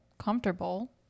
comfortable